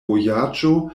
vojaĝo